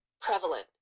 prevalent